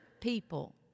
people